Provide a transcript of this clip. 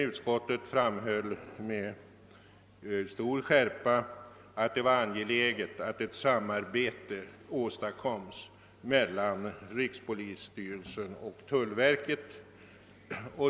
Utskottet framhöll emellertid med stor skärpa, att det var angeläget att ett samarbete åstadkoms mellan rikspolisstyrelsen och tullverket.